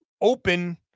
open